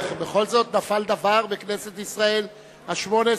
בכל זאת נפל דבר בכנסת ישראל השמונה-עשרה,